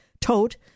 tote